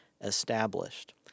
established